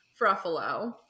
fruffalo